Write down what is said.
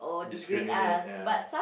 discriminate ya